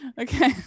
okay